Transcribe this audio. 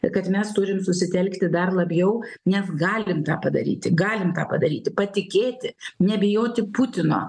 tai kad mes turim susitelkti dar labiau net galim tą padaryti galim tą padaryti patikėti nebijoti putino